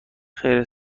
خیر